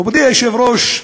מכובדי היושב-ראש,